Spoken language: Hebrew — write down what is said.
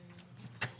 שלום לכולם,